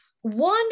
One